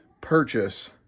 purchase